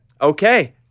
Okay